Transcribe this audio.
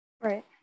Right